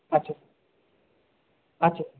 আচ্ছা আচ্ছা